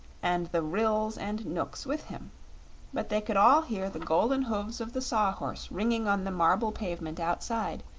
and the ryls and knooks with him but they could all hear the golden hoofs of the saw-horse ringing on the marble pavement outside,